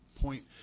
point